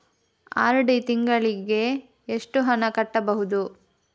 RD ತಿಂಗಳಿಗೆ ಎಷ್ಟು ಹಣ ಕಟ್ಟಬಹುದು?